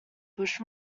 push